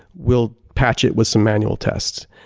we'll patch it with some manual tests.